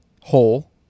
hole